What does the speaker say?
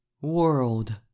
world